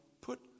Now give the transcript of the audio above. put